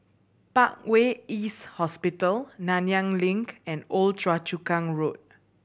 Parkway East Hospital Nanyang Link and Old Choa Chu Kang Road